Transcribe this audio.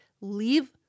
Leave